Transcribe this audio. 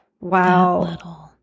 Wow